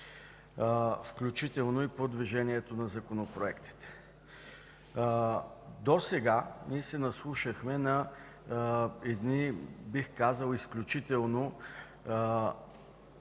включително и по движението на законопроектите. Досега ние се наслушахме на едни, бих казал, изключително